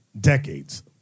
decades